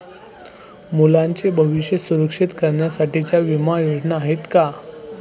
मुलांचे भविष्य सुरक्षित करण्यासाठीच्या विमा योजना आहेत का?